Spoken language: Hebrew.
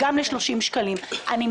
אנחנו לא רואים כאן את כל התמונה,